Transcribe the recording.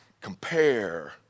compare